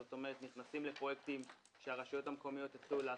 זאת אומרת נכנסים לפרויקטים שהרשויות המקומיות התחילו לעשות,